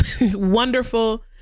Wonderful